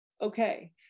okay